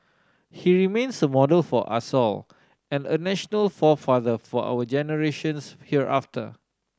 he remains a model for us all and a national forefather for our generations hereafter